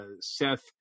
Seth